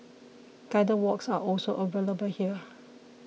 guided walks are also available here